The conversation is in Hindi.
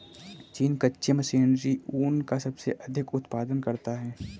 चीन कच्चे कश्मीरी ऊन का सबसे अधिक उत्पादन करता है